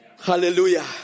hallelujah